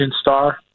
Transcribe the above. star